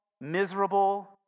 miserable